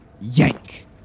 yank